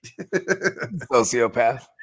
Sociopath